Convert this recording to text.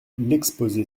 l’exposé